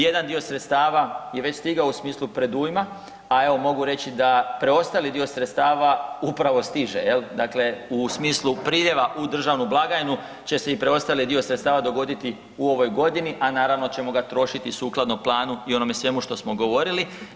Jedan dio sredstava je već stigao u smislu predujma, a evo mogu reći da preostali dio sredstava upravo stiže jel, dakle u smislu priljeva u državnu blagajnu će se i preostali dio sredstava dogoditi u ovoj godini, a naravno ćemo ga trošiti sukladno planu i onome svemu što smo govorili.